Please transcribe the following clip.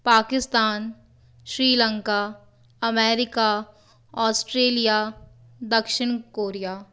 Pakistan Sri Lanka America Australia दक्षिण Korea